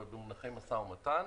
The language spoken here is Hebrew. אבל במונחי משא ומתן.